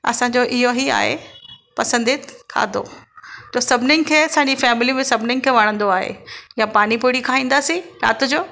असांजो इहो ईआहे पसंदीदा खाधो त सभिनिनि खे असांजे फेमिली में सभिनिनि खे वणंदो आहे या पानीपुरी खाईंदासीं राति जो